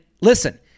listen